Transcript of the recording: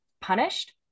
punished